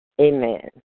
Amen